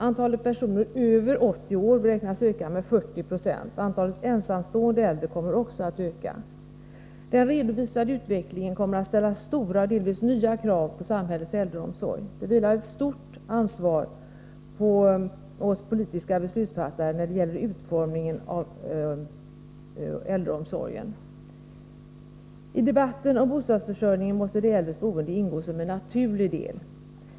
Antalet personer över 80 år beräknas öka med 40 96. Antalet ensamstående äldre kommer också att öka. Den redovisade utvecklingen kommer att ställa stora och delvis nya krav på samhällets äldreomsorg. Det vilar ett stort ansvar på oss politiska beslutsfattare när det gäller utformningen av äldreomsorgen. I debatten om bostadsförsörjningen måste de äldres boende ingå som en naturlig del.